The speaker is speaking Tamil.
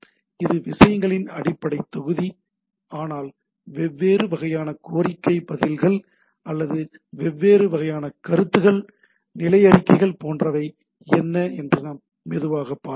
இது விஷயங்களின் அடிப்படை தொகுதி ஆனால் வெவ்வேறு வகையான கோரிக்கை பதில்கள் அல்லது வெவ்வேறு வகையான கருத்துகள் நிலை அறிக்கைகள் போன்றவை என்ன என்று நாம் மெதுவாக பார்ப்போம்